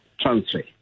transfer